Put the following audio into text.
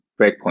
breakpoint